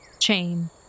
chain